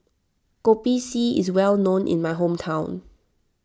Kopi C is well known in my hometown